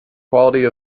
quality